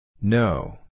No